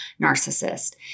narcissist